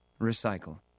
Recycle